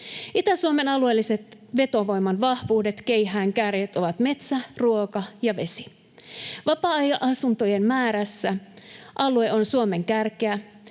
Itä-Suomen alueellisen vetovoiman vahvuudet, keihäänkärjet, ovat metsä, ruoka ja vesi. Vapaa-ajan asuntojen määrässä alue on Suomen kärkeä.